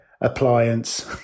appliance